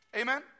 Amen